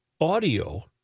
audio